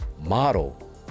model